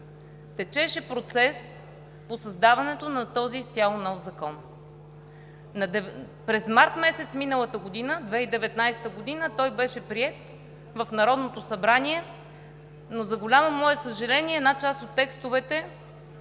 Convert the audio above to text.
течеше процес по създаването на този изцяло нов закон. През март месец миналата година – 2019 г., той беше приет в Народното събрание, но, за голямо мое съжаление, една част от текстовете